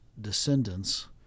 descendants